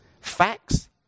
Facts